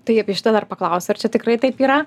tai apie šitą dar paklausiu ar čia tikrai taip yra